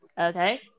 Okay